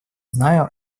знаю